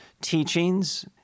teachings